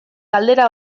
galdera